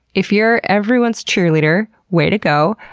if you're everyone's cheerleader, way to go!